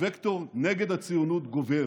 הווקטור נגד הציונות גובר,